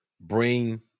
bring